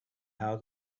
how